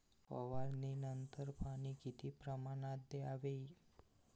फवारणीनंतर पाणी किती प्रमाणात द्यावे?